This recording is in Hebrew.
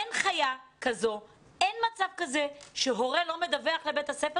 אין מצב כזה שהורה לא מדווח לבית הספר